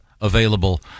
available